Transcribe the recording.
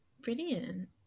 Brilliant